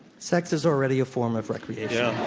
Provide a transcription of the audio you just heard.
sex is already a form of recreation.